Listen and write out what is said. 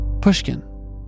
pushkin